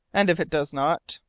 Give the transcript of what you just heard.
and if it does not?